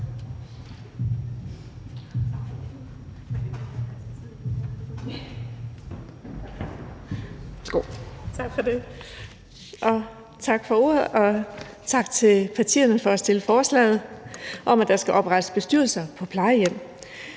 tak for ordet, og tak til partierne for at have fremsat forslaget om, at der skal oprettes bestyrelser på plejehjem.